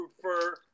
prefer